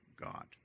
God